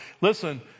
listen